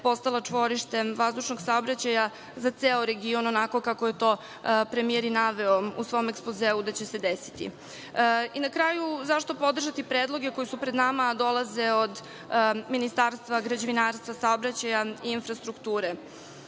postala čvorište vazdušnog saobraćaja za ceo region, onako kako je to premijer i naveo u svom ekspozeu da će se desiti. Na kraju, zašto podržati predloge koji su pred nama a dolaze od Ministarstva građevinarstva, saobraćaja i infrastrukture?